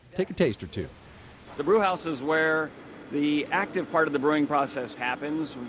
take a taste or two the brewhouse is where the active part of the brewing process happens,